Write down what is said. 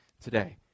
today